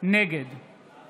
נגד אמילי חיה